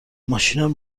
ماشینم